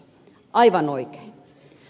aivan oikein